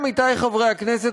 עמיתי חברי הכנסת,